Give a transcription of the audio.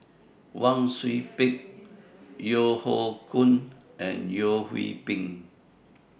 Wang Sui Pick Yeo Hoe Koon and Yeo Hwee Bin